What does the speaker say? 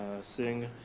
sing